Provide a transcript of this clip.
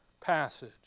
passage